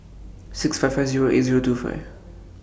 six five five Zero eight Zero two five